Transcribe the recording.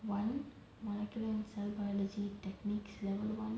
one molecular and cell biology techniques level one